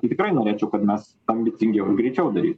tai tikrai norėčiau kad mes ambicingiau ir greičiau daryt